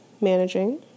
managing